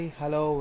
hello